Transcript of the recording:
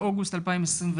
לאוגוסט 2021,